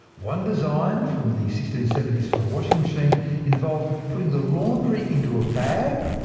one design from the sixteen seventy s for a washing machine involved putting the laundry into a bag.